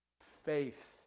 Faith